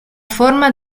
forma